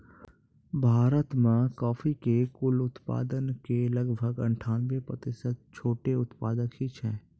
भारत मॅ कॉफी के कुल उत्पादन के लगभग अनठानबे प्रतिशत छोटो उत्पादक हीं छै